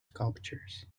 sculptures